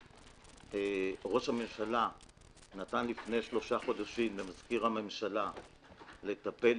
ראש הממשלה נתן לפני שלושה חודשים למזכיר הממשלה לטפל,